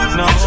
no